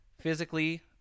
physically